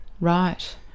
Right